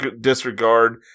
disregard